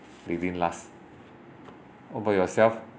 breathing last what about yourself